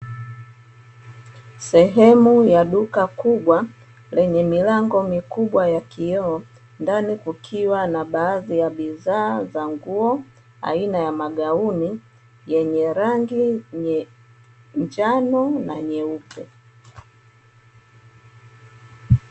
Sehemu ya duka kubwa lenye milango mikubwa ya kioo ndani kukiwa na baadhi ya bidhaa za nguo aina ya magauni yenye rangi njano na nyeupe.